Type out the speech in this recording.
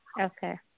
Okay